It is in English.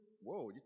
whoa